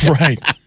Right